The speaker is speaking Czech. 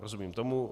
Rozumím tomu.